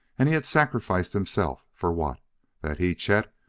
and he had sacrificed himself for what that he, chet,